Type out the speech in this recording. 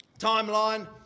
timeline